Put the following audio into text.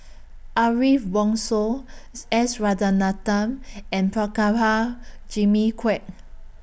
Ariff Bongso S Rajaratnam and Jimmy Quek